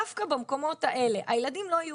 דווקא במקומות האלה הילדים לא יהיו